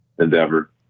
endeavor